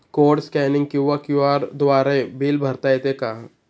Code scanning किंवा QR द्वारे bill भरता येते का?